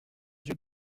yeux